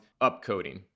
upcoding